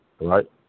right